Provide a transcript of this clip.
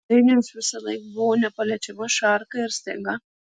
dainiui aš visąlaik buvau nepaliečiama šarka ir staiga